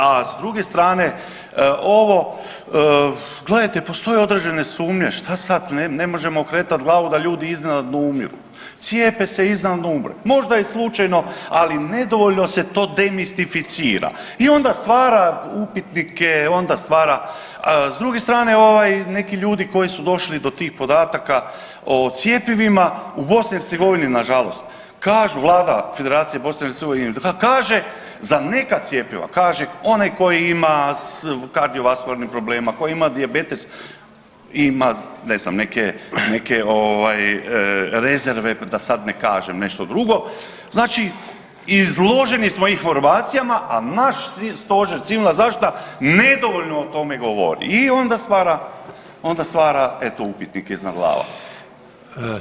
A s druge strane ovo, gledajte postoje određene sumnje, šta sad, ne možemo okretat glavu da ljudi iznenadno umiru, cijepe se i iznenadno umre, možda je slučajno, ali nedovoljno se to demistificira i onda stvara upitnike, onda stvara, a s druge strane ovaj neki ljudi koji su došli do tih podataka o cjepivima u BiH nažalost kažu Vlada Federacije BiH kaže za neka cjepiva kaže onaj koji ima kardiovaskularnih problema, koji ima dijabetes, ima ne znam neke, neke ovaj rezerve da sad ne kažem nešto drugo znači izloženi smo informacijama, a naš stožer civilna zaštita nedovoljno o tome govori i onda stvara, onda stvara eto upitnike iznad glava.